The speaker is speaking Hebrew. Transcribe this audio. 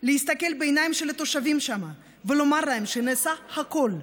להסתכל בעיניהם של התושבים שם ולומר להם שנעשה הכול,